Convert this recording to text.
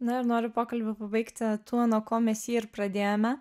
na ir noriu pokalbį pabaigti tuo nuo ko mes jį ir pradėjome